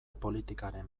politikaren